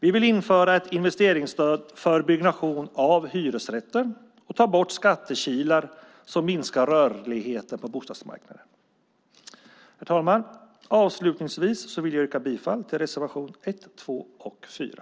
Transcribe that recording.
Vi vill införa ett investeringsstöd för byggnation av hyresrätter och ta bort skattekilar som minskar rörligheten på bostadsmarknaden. Herr talman! Avslutningsvis vill jag yrka bifall till reservation 1, 2 och 4.